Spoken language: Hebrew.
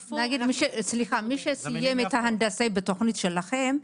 מי שסיים את ההנדסאי בתוכנית שלכם,